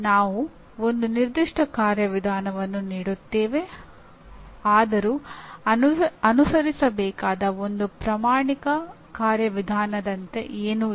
ನಾವು ಒಂದು ನಿರ್ದಿಷ್ಟ ಕಾರ್ಯವಿಧಾನವನ್ನು ನೀಡುತ್ತೇವೆ ಆದರೂ ಅನುಸರಿಸಬೇಕಾದ ಒಂದು ಪ್ರಮಾಣಿತ ಕಾರ್ಯವಿಧಾನದಂತೆ ಏನೂ ಇಲ್ಲ